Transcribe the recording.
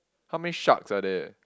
how many sharks are there